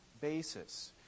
basis